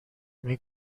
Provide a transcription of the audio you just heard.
این